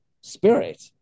spirit